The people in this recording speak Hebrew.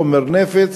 חומר נפץ.